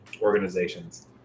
organizations